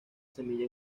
semilla